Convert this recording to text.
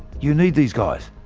you need these guys!